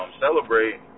celebrate